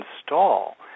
install